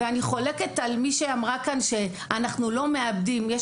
אני חולקת על מי שאמרה כאן שאנחנו לא מאבדים יש